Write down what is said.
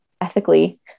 ethically